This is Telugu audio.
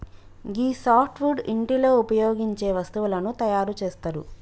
గీ సాప్ట్ వుడ్ ఇంటిలో ఉపయోగించే వస్తువులను తయారు చేస్తరు